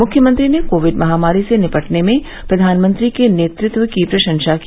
मृख्यमंत्रियों ने कोविड महामारी से निपटने में प्रधानमंत्री के नेतृत्व की प्रशंसा की